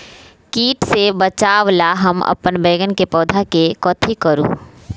किट से बचावला हम अपन बैंगन के पौधा के कथी करू?